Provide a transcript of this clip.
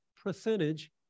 percentage